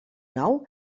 nou